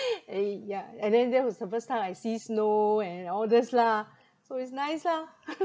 uh ya and then that was the first time I see snow and all this lah so it's nice lah